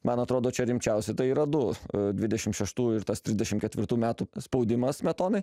man atrodo čia rimčiausi tai yra du dvidešim šeštųjų ir tas trisdešim ketvirtų metų spaudimas smetonai